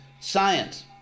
science